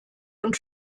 und